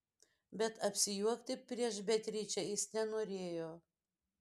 bet apsijuokti prieš beatričę jis nenorėjo